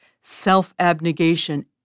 self-abnegation